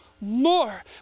more